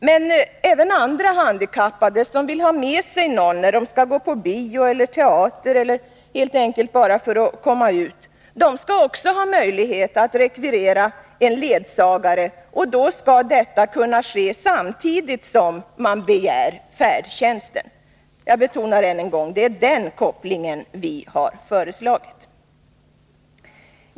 Men även andra handikappade, som vill ha någon med sig när de skall gå på bio eller teater eller helt enkelt bara vill komma ut, skall ha möjlighet att rekvirera en ledsagare, och då skall detta kunna ske samtidigt som man begär färdtjänst. Jag betonar än en gång: Det är den kopplingen vi har föreslagit.